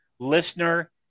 listener